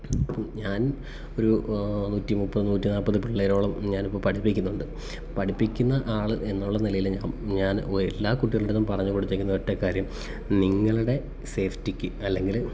ഇപ്പം ഞാൻ ഒരു നൂറ്റി മുപ്പത് നൂറ്റി നാൽപ്പത് പിള്ളേരോളം ഞാനിപ്പം പഠിപ്പിക്കുന്നുണ്ട് പഠിപ്പിക്കുന്ന ആൾ എന്നുള്ള നിലയിൽ ഞാൻ എല്ലാ കുട്ടികളുടടുത്തും പറഞ്ഞു കൊടുത്തേക്കുന്ന ഒറ്റക്കാര്യം നിങ്ങളുടെ സേഫ്റ്റിക്ക് അല്ലെങ്കിൽ